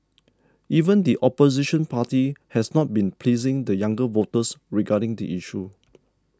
even the opposition party has not been pleasing the younger voters regarding the issue